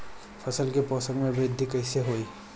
फसल के पोषक में वृद्धि कइसे होई?